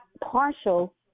partial